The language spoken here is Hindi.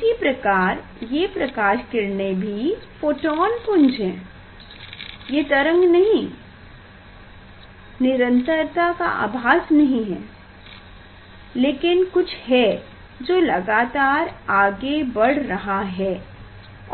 उसी प्रकार ये प्रकाश किरणें भी फोटोन पुंज हैं ये तरंग नहीं निरंतरता का आभास नहीं लेकिन कुछ है जो लगातार आगे बढ़ रहा है